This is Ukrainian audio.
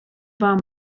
вам